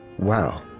wow.